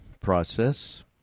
process